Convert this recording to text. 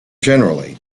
generally